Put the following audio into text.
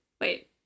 Wait